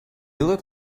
look